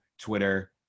Twitter